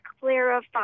clarify